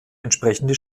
entsprechende